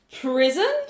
Prison